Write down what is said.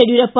Yediyurappa